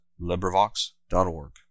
LibriVox.org